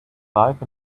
life